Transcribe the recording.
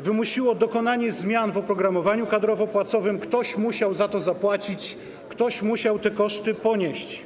wymusiło dokonanie zmian w oprogramowaniu kadrowo-płacowym, ktoś musiał za to zapłacić, ktoś musiał te koszty ponieść.